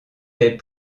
des